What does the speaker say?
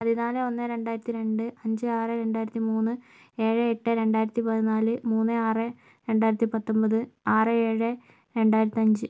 പതിനാല് ഒന്ന് രണ്ടായിരത്തി രണ്ട് അഞ്ച് ആറ് രണ്ടായിരത്തി മൂന്ന് ഏഴ് എട്ട് രണ്ടായിരത്തിപ്പതിനാല് മൂന്ന് ആറ് രണ്ടായിരത്തിപ്പത്തൊമ്പത് ആറ് ഏഴ് രണ്ടായിരത്തഞ്ച്